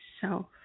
self